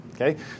Okay